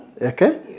Okay